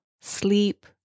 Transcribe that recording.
sleep